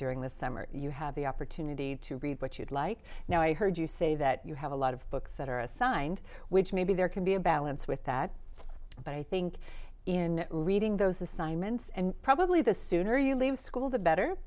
during the summer you have the opportunity to read what you'd like now i heard you say that you have a lot of books that are assigned which maybe there can be a balance with that but i think in reading those assignments and probably the sooner you leave school the better